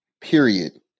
period